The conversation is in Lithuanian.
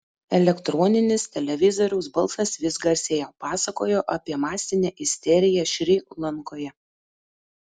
elektroninis televizoriaus balsas vis garsėjo pasakojo apie masinę isteriją šri lankoje